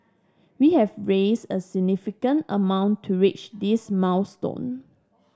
we have raised a significant amount to reach this milestone